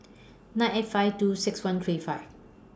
nine eight five two six one three five